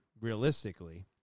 realistically